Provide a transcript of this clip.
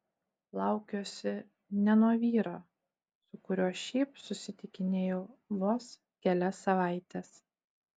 laukiuosi ne nuo vyro su kuriuo šiaip susitikinėjau vos kelias savaites